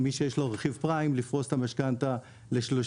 מי שיש לו רכיב פריים לפרוס את המשכנתא ל-30